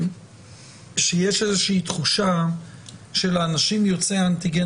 שיש איזו שהיא תחושה שלאנשים יוצא אנטיגן